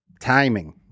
Timing